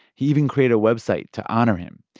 he even created a website to honor him.